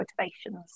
motivations